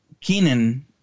Keenan